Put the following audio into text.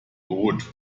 gut